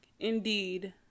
Indeed